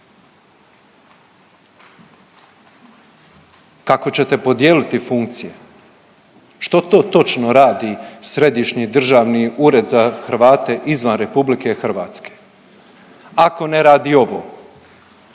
Kako ćete podijeliti funkcije? Što to točno radi Središnji državni ured za Hrvate izvan RH ako ne radi ovo?